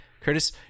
Curtis